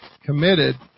committed